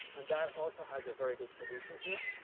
and that also has a very good solution here.